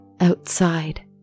Outside